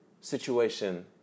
situation